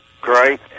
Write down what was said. great